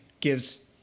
gives